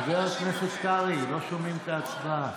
חבר הכנסת קרעי, לא שומעים את ההצבעה.